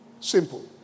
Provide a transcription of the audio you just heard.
Simple